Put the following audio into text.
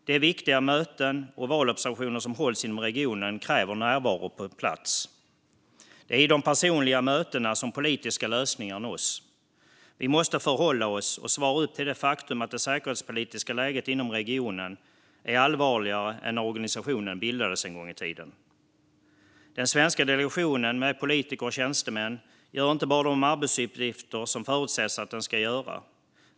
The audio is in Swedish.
De viktiga möten och valobservationer som hålls inom regionen kräver närvaro på plats. Det är i de personliga mötena som politiska lösningar nås. Vi måste förhålla oss och svara upp till det faktum att det säkerhetspolitiska läget inom regionen är allvarligare än när organisationen en gång i tiden bildades. Den svenska delegationen, med politiker och tjänstemän, gör inte bara de arbetsuppgifter som det förutsätts att den ska göra.